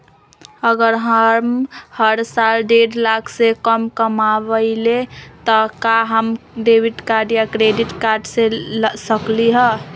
अगर हम हर साल डेढ़ लाख से कम कमावईले त का हम डेबिट कार्ड या क्रेडिट कार्ड ले सकली ह?